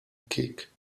kick